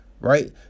right